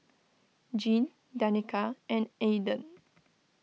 Jean Danica and Aaden